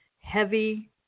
heavy